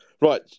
Right